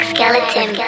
Skeleton